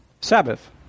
Sabbath